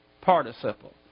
participle